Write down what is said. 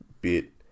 bit